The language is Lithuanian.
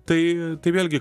tai tai vėlgi